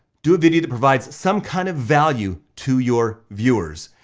do a video that provides some kind of value to your viewers.